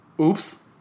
oops